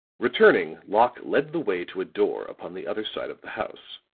returning, locke led the way to a door upon the other side of the house.